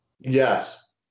Yes